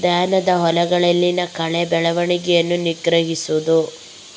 ಧಾನ್ಯದ ಹೊಲಗಳಲ್ಲಿನ ಕಳೆ ಬೆಳವಣಿಗೆಯನ್ನು ನಿಗ್ರಹಿಸುವುದು